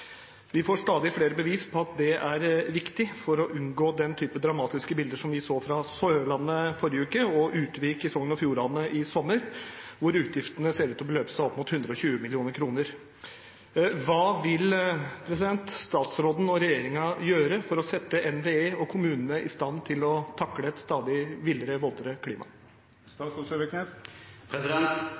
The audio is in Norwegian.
Vi får stadig flere bevis på at det er viktig for å unngå den type dramatiske bilder som vi så fra Sørlandet forrige uke og i Utvik i Sogn og Fjordane i sommer, der utgiftene ser ut til å beløpe seg opp mot 120 mill. kr. Hva vil statsråden og regjeringen gjøre for å sette NVE og kommunene i stand til å takle et stadig villere og våtere klima?